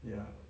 ya